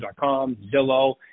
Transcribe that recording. Zillow